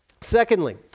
Secondly